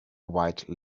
white